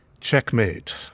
Checkmate